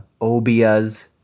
obias